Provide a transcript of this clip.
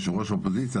יושב-ראש אופוזיציה,